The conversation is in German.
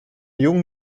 jungen